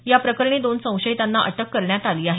या प्रकरणी दोन संशयितांना अटक करण्यात आली आहे